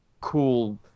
cool